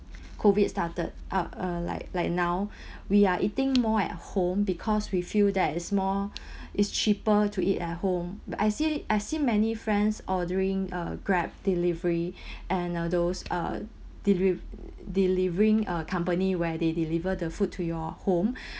COVID started up uh like like now we are eating more at home because we feel that is more is cheaper to eat at home but I see I see many friends ordering uh Grab delivery and uh those uh delive~ delivering uh company where they deliver the food to your home